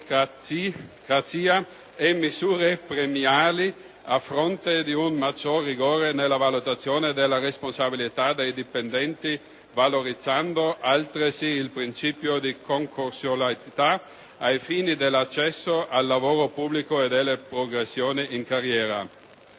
meritocrazia e misure premiali, a fronte di un maggior rigore nella valutazione della responsabilità dei dipendenti, valorizzando altresì il principio di concorsualità ai fini dell'accesso al lavoro pubblico e delle progressioni in carriera.